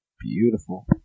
beautiful